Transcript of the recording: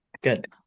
good